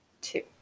two